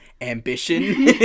ambition